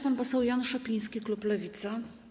Pan poseł Jan Szopiński, klub Lewica.